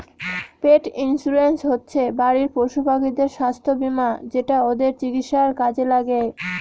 পেট insurance হচ্ছে বাড়ির পশুপাখিদের স্বাস্থ্য বীমা যেটা ওদের চিকিৎসার কাজে লাগে